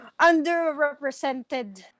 Underrepresented